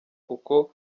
uko